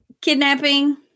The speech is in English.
kidnapping